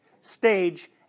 stage